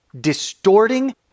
distorting